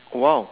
!wow!